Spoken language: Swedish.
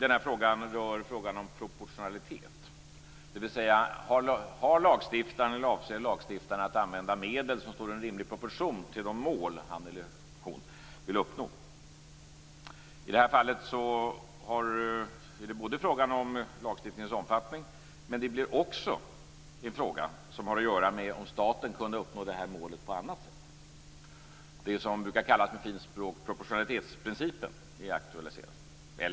En aspekt rör frågan om proportionalitet, dvs. om lagstiftaren avser att använda medel som står i rimlig proportion till de mål han eller hon vill uppnå. I det här fallet är det både fråga om lagstiftningens omfattning och om staten kunde uppnå målet på annat sätt. Det som på fint språk brukar kallas proportionalitetsprincipen aktualiseras.